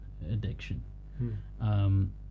addiction